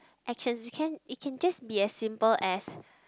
actually it can it can just be as simple as